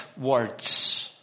words